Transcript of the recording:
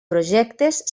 projectes